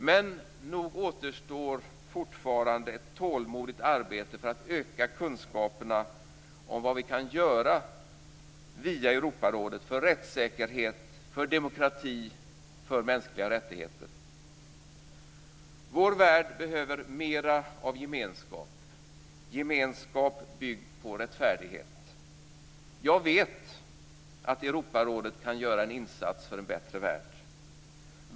Men nog återstår fortfarande ett tålmodigt arbete för att öka kunskaperna om vad vi kan göra via Europarådet för rättssäkerhet, för demokrati och för mänskliga rättigheter. Vår värld behöver mera av gemenskap - gemenskap byggd på rättfärdighet. Jag vet att Europarådet kan göra en insats för en bättre värld.